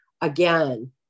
again